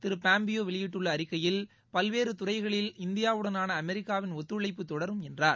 திருபாப்பியோவெளியிட்ட அறிக்கையில் பல்வேறுதுறைகளில் இந்தியாவுடனான அமெரிக்காவின் ஒத்துழைப்பு தொடரும் என்றார்